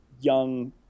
young